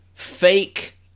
Fake